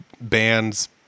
band's